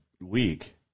week